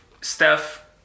Steph